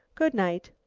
goodnight.